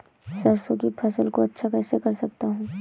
सरसो की फसल को अच्छा कैसे कर सकता हूँ?